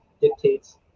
dictates